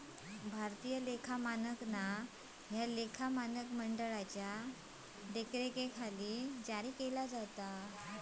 भारतीय लेखा मानक ह्या लेखा मानक मंडळाच्यो देखरेखीखाली जारी केला जाता